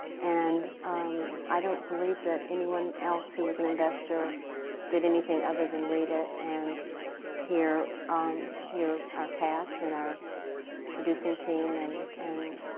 and um i don't believe that anyone else who was an investor did anything other than read it and hear um hear our cast and our producing team and and